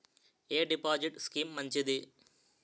ఎ deposit scheme మంచిది?